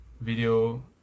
video